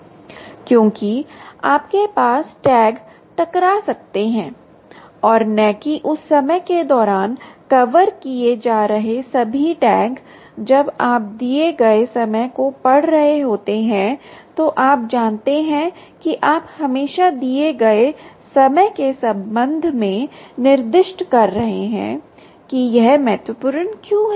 क्योंकि आपके पास टैग टकरा सकते हैं और न कि उस समय के दौरान कवर किए जा रहे सभी टैग जब आप दिए गए समय को पढ़ रहे होते हैं तो आप जानते हैं कि आप हमेशा दिए गए समय के संबंध में निर्दिष्ट कर रहे हैं कि यह महत्वपूर्ण क्यों है